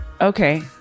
Okay